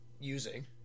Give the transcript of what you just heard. using